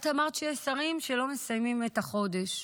את אמרת שיש שרים שלא מסיימים את החודש.